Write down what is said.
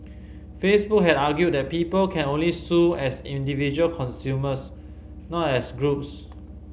Facebook had argued that people can only sue as individual consumers not as groups